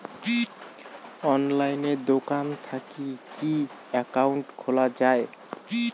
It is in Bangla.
অনলাইনে দোকান থাকি কি একাউন্ট খুলা যায়?